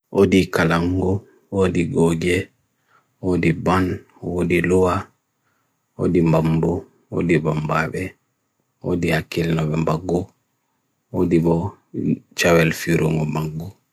Mountain goats heɓi tawa wulorɗe. Heɓi towi ngaliya njoɓa siwri fowru kanko.